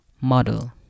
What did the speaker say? model